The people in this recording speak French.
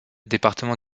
département